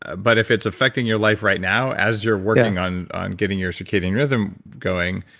ah but if it's affecting your life right now as you're working on on getting your circadian rhythm going,